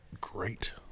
great